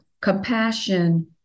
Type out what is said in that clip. compassion